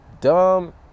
dumb